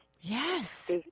Yes